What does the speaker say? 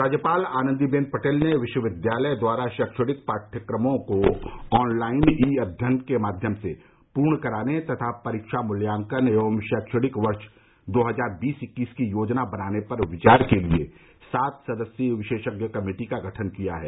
राज्यपाल आनन्दीबेन पटेल ने विश्वविद्यालय द्वारा शैक्षणिक पाठ्यक्रमों को ऑनलाइन ई अध्ययन के माध्यम से पूर्ण कराने तथा परीक्षा मूल्यांकन एवं शैक्षणिक वर्ष दो हजार बीस इक्कीस की योजना बनाने पर विचार करने के लिये सात सदस्यीय विशेषज्ञ कमेटी का गठन किया है